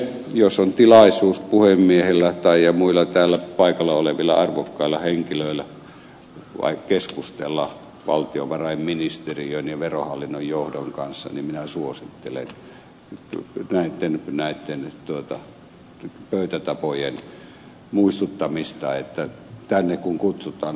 jos on tilaisuus puhemiehellä tai muilla paikalla olevilla arvokkailla henkilöillä vain keskustella valtiovarainministeriön ja verohallinnon johdon kanssa niin minä suosittelen näitten pöytätapojen muistuttamista että kun tänne kutsutaan asiantuntijoiksi niin se on vakava tapahtuma